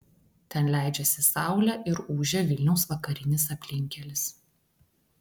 ten leidžiasi saulė ir ūžia vilniaus vakarinis aplinkkelis